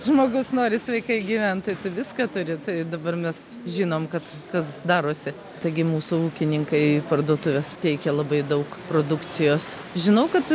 žmogus nori sveikai gyvent tai tu viską turi tai dabar mes žinom kad kas darosi taigi mūsų ūkininkai į parduotuves teikia labai daug produkcijos žinau kad